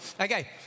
Okay